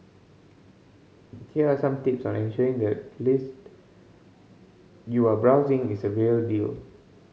here are some tips on ensuring that list you are browsing is a real deal